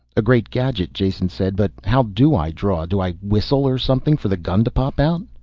a great gadget, jason said, but how do i draw? do i whistle or something for the gun to pop out?